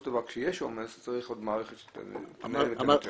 דבר כשיש עומס צריך מערכת שתנהל את זה.